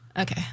Okay